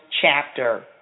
Chapter